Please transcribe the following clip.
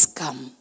come